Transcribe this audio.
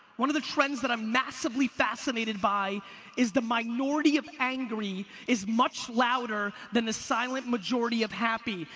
one of the trends that i'm massively fascinated by is the minority of angry is much louder than the silent majority of happy.